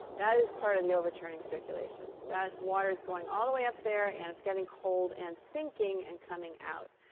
that is part of the overturning circulation. that water is going all the way up there, and it's getting cold and sinking, and coming out.